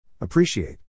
Appreciate